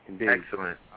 Excellent